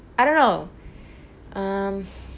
I don't know um